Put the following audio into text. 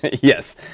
yes